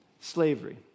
slavery